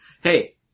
Hey